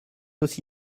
aussi